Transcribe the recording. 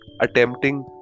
attempting